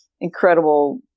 incredible